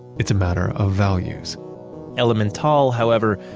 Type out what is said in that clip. it's a matter of values elemental, however,